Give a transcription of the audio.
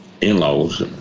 in-laws